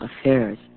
affairs